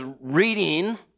reading